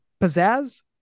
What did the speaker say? Pizzazz